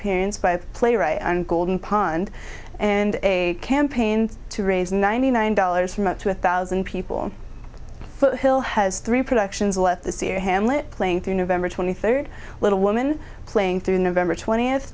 perience by playwright and golden pond and a campaign to raise ninety nine dollars from up to a thousand people hill has three productions left this year hamlet playing through november twenty third little woman playing through november twentieth